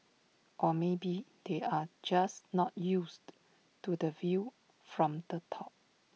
or maybe they are just not used to the view from the top